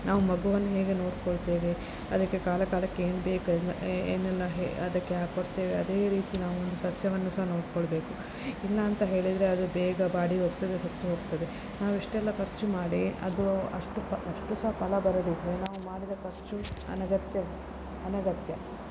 ನಾವು ಮಗುವನ್ನು ಹೇಗೆ ನೋಡ್ಕೊಳ್ತೇವೆ ಅದಕ್ಕೆ ಕಾಲ ಕಾಲಕ್ಕೆ ಏನು ಬೇಕು ಏನೆಲ್ಲ ಹೇ ಅದಕ್ಕೆ ಕೊಡ್ತೇವೆ ಅದೇ ರೀತಿ ನಾವೊಂದು ಸಸ್ಯವನ್ನು ಸಹ ನೋಡ್ಕೊಳ್ಬೇಕು ಇಲ್ಲ ಅಂತ ಹೇಳಿದರೆ ಅದು ಬೇಗ ಬಾಡಿ ಹೋಗ್ತದೆ ಸತ್ತು ಹೋಗ್ತದೆ ನಾವಿಷ್ಟೆಲ್ಲ ಖರ್ಚು ಮಾಡಿ ಅದು ಅಷ್ಟು ಅಷ್ಟು ಸಹ ಫಲ ಬರದಿದ್ದರೆ ನಾವು ಮಾಡಿದ ಖರ್ಚು ಅನಗತ್ಯ ಅನಗತ್ಯ